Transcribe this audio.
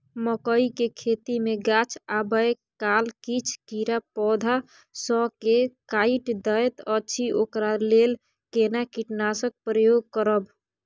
मकई के खेती मे गाछ आबै काल किछ कीरा पौधा स के काइट दैत अछि ओकरा लेल केना कीटनासक प्रयोग करब?